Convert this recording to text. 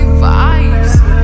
vibes